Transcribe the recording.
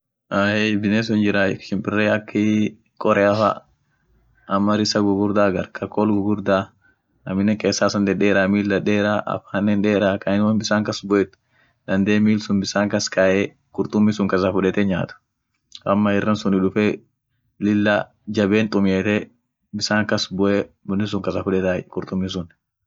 Ahey biness sun hinjiray, shimpirre akii qorea fa ama rissa gugurda hagar kool gugurdaa aminen qessan issan dedeera, miil dadeera, afaanen deera, kain bisan kas buet dandee miil sun bissan kas kae, qurtumi sun kasa fudete nyaat, ama irran suni dufe lilla jaben tumiete, bissan kas bue, wonni sun kasa fudetay qurtummisun.